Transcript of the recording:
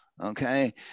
okay